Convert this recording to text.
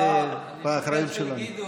זה באחריות שלנו.